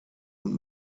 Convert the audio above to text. und